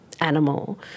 animal